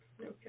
Okay